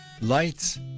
Lights